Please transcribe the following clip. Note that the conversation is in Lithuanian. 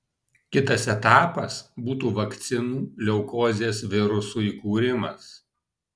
kitas etapas būtų vakcinų leukozės virusui kūrimas